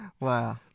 Wow